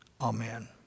Amen